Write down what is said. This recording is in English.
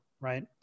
right